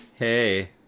Hey